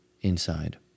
Inside